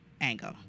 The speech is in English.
angle